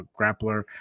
grappler